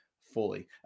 fully